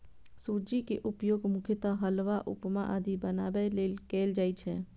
सूजी के उपयोग मुख्यतः हलवा, उपमा आदि बनाबै लेल कैल जाइ छै